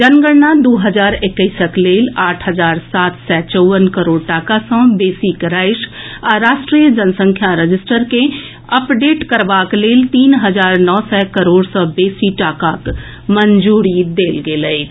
जनगणना द्र हजार एकैसक लेल आठ हजार सात सय चौवन करोड़ टाका सॅ बेसीक राशि आ राष्ट्रीय जनसंख्या रजिस्टर के अपडेट करबाक लेल तीन हजार नओ सय करोड़ सॅ बेसी टाकाक मंजूरी देल गेल अछि